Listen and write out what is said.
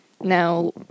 Now